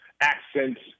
accents